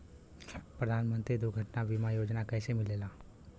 प्रधानमंत्री दुर्घटना बीमा योजना कैसे मिलेला?